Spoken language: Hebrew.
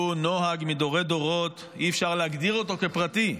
הוא נוהג מדורי דורות, אי-אפשר להגדיר אותו כפרטי.